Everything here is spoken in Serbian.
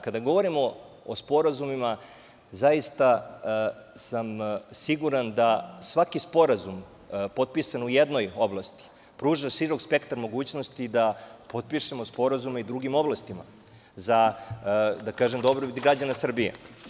Kada govorimo o sporazumima, zaista sam siguran da svaki sporazum potpisan u jednoj oblasti pruža širok spektar mogućnosti da potpišemo sporazume i u drugim oblastima, za dobrobit građana Srbije.